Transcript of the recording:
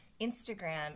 Instagram